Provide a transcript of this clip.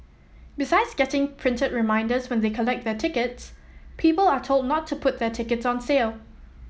besides getting printed reminders when they collect their tickets people are told not to put their tickets on sale